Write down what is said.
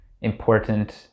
important